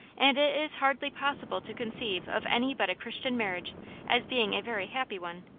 and it is hardly possible to conceive of any but a christian marriage as being a very happy one.